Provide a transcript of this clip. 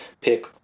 pick